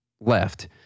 left